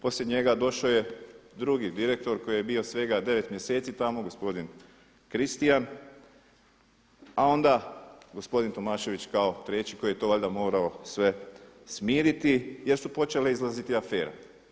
Poslije njega došao je drugi direktor koji je bio svega 9 mjeseci tamo, gospodin Kristijan a onda gospodin Tomašević kao treći koji je to valjda morao smiriti jer su počele izlaziti afere.